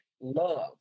love